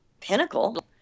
pinnacle